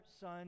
Son